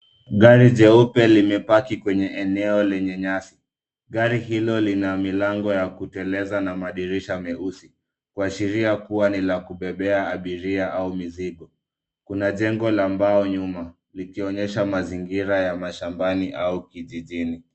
Gari jeupe limepaki kwenye eneo lenye nyasi. Gari hilo lina milango ya kuteleza na madirisha meusi, kuashiria kuwa ni la kubebea abiria au mizigo. Kuna jengo la mbao nyuma likionyesha mazingira ya mashambani au vijijini.